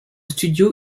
studio